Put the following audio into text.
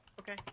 Okay